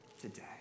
today